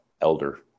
elder